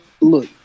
look